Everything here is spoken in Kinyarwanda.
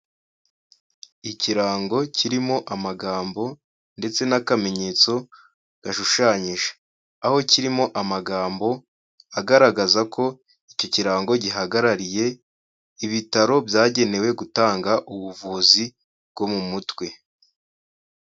Ikirango kirimo amagambo ndetse n'akamenyetso gashushanyije, aho kirimo amagambo agaragaza ko iki kirango gihagarariye ibitaro byagenewe gutanga ubuvuzi bwo mu mutwe.